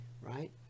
right